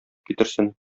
китерсен